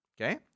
okay